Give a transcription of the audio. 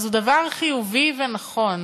אז היא דבר חיובי ונכון.